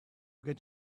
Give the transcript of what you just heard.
get